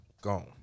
gone